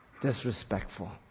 disrespectful